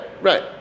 right